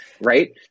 Right